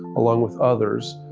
along with others,